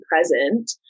present